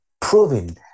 proven